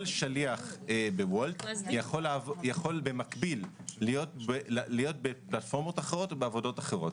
כל שליח בוולט יכול במקביל להיות בפלטפורמות אחרות ובעבודות אחרות.